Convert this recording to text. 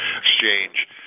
exchange